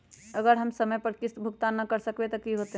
अगर हम समय पर किस्त भुकतान न कर सकवै त की होतै?